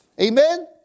Amen